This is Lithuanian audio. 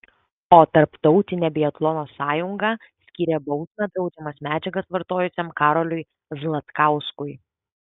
o tarptautinė biatlono sąjunga skyrė bausmę draudžiamas medžiagas vartojusiam karoliui zlatkauskui